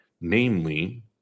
namely